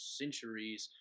centuries